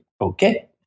okay